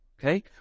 okay